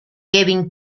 kevin